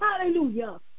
Hallelujah